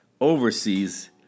overseas